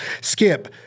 skip